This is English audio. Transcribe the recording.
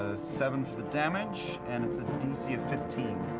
ah seven for the damage, and it's a dc of fifteen,